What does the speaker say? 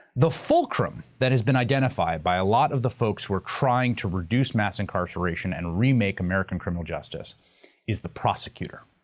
the fulcrum that has been identified by a lot of the folks who are trying to reduce mass incarceration and remake american justice is the prosecutor.